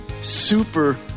super